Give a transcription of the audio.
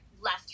left